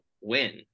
win